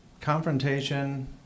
Confrontation